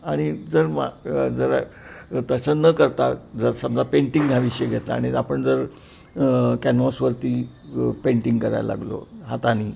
आणि जर मा जरा तसं न करता जर समजा पेंटिंग हा विषय घेतला आणि आपण जर कॅनव्हसवरती पेंटिंग करायला लागलो हाताने